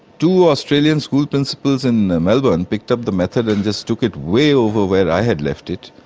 two australian school principals in melbourne picked up the method and just took it way over where i had left it.